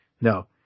No